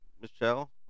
Michelle